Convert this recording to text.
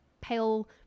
pale